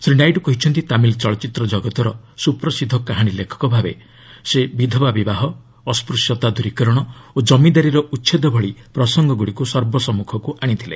ଶ୍ରୀ ନାଇଡୁ କହିଛନ୍ତି ତାମିଲ ଚଳଚ୍ଚିତ୍ର ଜଗତର ସୁପ୍ରସିଦ୍ଧ କାହାଣୀ ଲେଖକ ଭାବେ ସେ ବିଧବା ବିବାହ ଅସ୍ଚ୍ୟଶ୍ୟତା ଦୂରୀକରଣ ଓ ଜମିଦାରୀର ଉଚ୍ଛେଦ ଭଳି ପ୍ରସଙ୍ଗଗୁଡ଼ିକୁ ସର୍ବସମ୍ମୁଖକୁ ଆଣିଥିଲେ